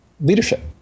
leadership